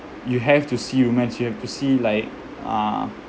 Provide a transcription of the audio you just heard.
you have to see you meant you have to see like uh